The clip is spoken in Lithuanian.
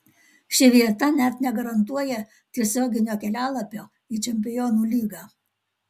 ši vieta net negarantuoja tiesioginio kelialapio į čempionų lygą